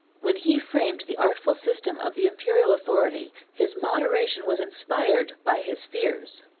when he framed the artful system of the imperial authority, his moderation was inspired by his fears.